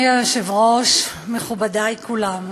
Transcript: אדוני היושב-ראש, מכובדי כולם,